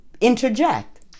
interject